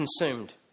consumed